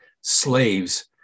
slaves